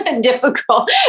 difficult